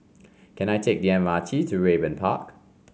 can I take the M R T to Raeburn Park